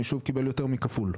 היישוב קיבל יותר מכפול,